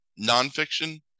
nonfiction